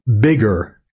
bigger